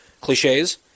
cliches